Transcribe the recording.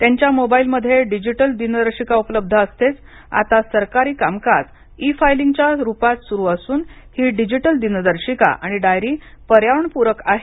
त्यांच्या मोबाइलमध्ये डिजिटल दिनदर्शिका उपलब्ध असतेच आता सरकारी कामकाज इ फाईलिंगच्या रुपात सुरू असून हि डिजिटल दिनदर्शिका आणि डायरी पर्यावरणपूरक आहे